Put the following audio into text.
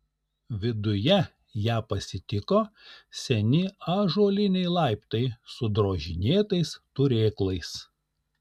viduje ją pasitiko seni ąžuoliniai laiptai su drožinėtais turėklais